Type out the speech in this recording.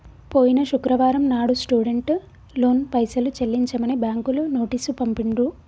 పోయిన శుక్రవారం నాడు స్టూడెంట్ లోన్ పైసలు చెల్లించమని బ్యాంకులు నోటీసు పంపిండ్రు